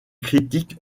critiques